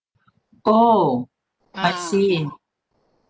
oh I see